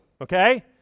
okay